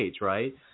right